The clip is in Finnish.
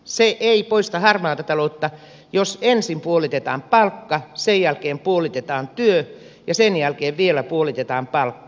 se ei poista harmaata taloutta jos ensin puolitetaan palkka sen jälkeen puolitetaan työ ja sen jälkeen vielä puolitetaan palkka